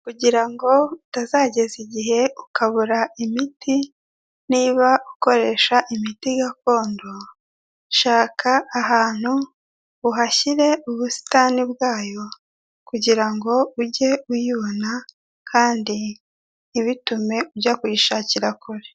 Kugira ngo utazageza igihe ukabura imiti, niba ukoresha imiti gakondo, shaka ahantu uhashyire ubusitani bwayo kugira ngo ujye uyibona kandi ntibitume ujya kuyishakira kure.